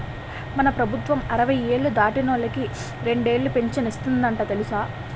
మన ప్రభుత్వం అరవై ఏళ్ళు దాటినోళ్ళకి రెండేలు పింఛను ఇస్తందట తెలుసా